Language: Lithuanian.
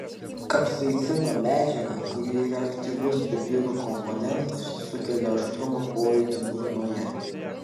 kapsaicino medžiaga kuri yra aktyvus pipirų komponentas sukelia aštrumo pojūtį burnoje